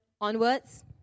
onwards